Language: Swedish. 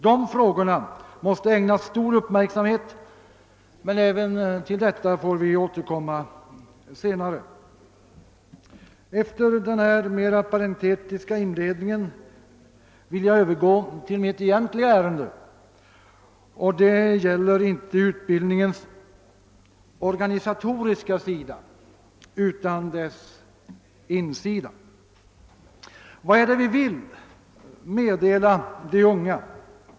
De frågorna måste ägnas stor uppmärksamhet, men även till detta får vi återkomma senare. Efter denna mera parentetiska inledning vill jag övergå till mitt egentliga ärende. Det gäller inte utbildningens organisatoriska sida utan dess insida. Vad är det vi vill meddela de unga?